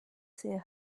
seer